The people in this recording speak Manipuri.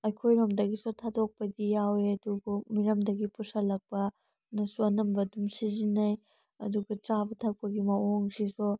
ꯑꯩꯈꯣꯏꯔꯣꯝꯗꯒꯤꯁꯨ ꯊꯥꯗꯣꯛꯄꯗꯤ ꯌꯥꯎꯏ ꯑꯗꯨꯕꯨ ꯃꯤꯔꯝꯗꯒꯤ ꯄꯨꯁꯤꯜꯂꯛꯄꯗꯨꯁꯨ ꯑꯅꯝꯕ ꯑꯗꯨꯝ ꯁꯤꯖꯤꯟꯅꯩ ꯑꯗꯨꯒ ꯆꯥꯕ ꯊꯛꯄꯒꯤ ꯃꯑꯣꯡꯁꯤꯁꯨ